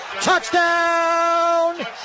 touchdown